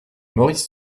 maurice